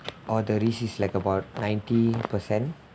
or the risk is like about ninety percent